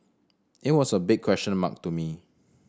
it was a big question mark to me